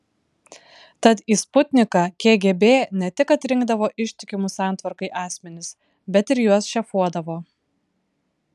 tad į sputniką kgb ne tik atrinkdavo ištikimus santvarkai asmenis bet ir juos šefuodavo